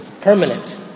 permanent